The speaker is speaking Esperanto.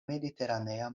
mediteranea